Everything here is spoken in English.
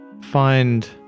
Find